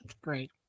Great